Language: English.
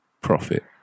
profit